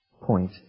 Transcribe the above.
point